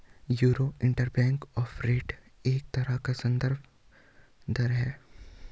euro interbank offer rate एक तरह का सन्दर्भ दर है